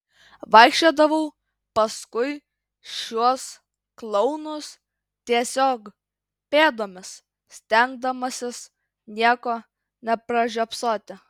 vaikščiodavau paskui šiuos klounus tiesiog pėdomis stengdamasis nieko nepražiopsoti